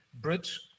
bridge